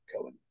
Cohen